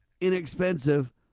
inexpensive